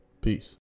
Peace